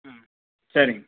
ம் சரிங்க